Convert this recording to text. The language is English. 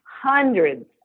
hundreds